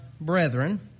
brethren